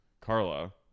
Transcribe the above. carla